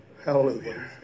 Hallelujah